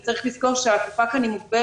וגם צריך לזכור שהתקופה כאן היא מוגבלת